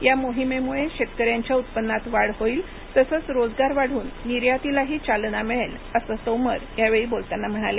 या मोहिमेमुळे शेतकऱ्यांच्या उत्पन्नात वाढ होईल तसंच रोजगार वाढून निर्यातीलाही चालना मिळेल असं तोमर यावेळी बोलताना म्हणाले